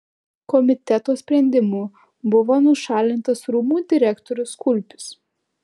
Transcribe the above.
komiteto sprendimu buvo nušalintas rūmų direktorius kulpis